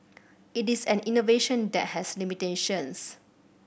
it is an innovation that has limitations